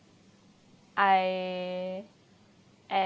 I am